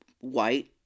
white